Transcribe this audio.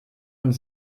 und